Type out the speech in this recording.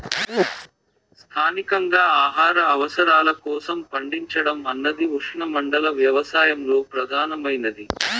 స్థానికంగా ఆహార అవసరాల కోసం పండించడం అన్నది ఉష్ణమండల వ్యవసాయంలో ప్రధానమైనది